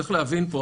צריך להבין פה,